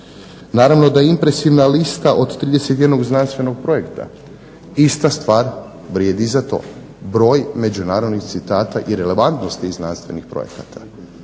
Naravno da je impresivna lista od 31 znanstvenog projekta, ista stvar vrijedi i za to. Broj međunarodnih citata i relevantnosti znanstvenih projekata.